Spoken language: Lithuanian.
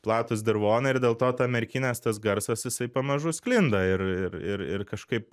platūs dirvonai ir dėl to ta merkinės tas garsas jisai pamažu sklinda ir ir ir ir kažkaip